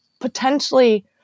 potentially